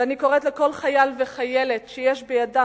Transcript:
ואני קוראת לכל חייל וחיילת אשר יש בידם